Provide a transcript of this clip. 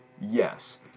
Yes